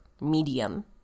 medium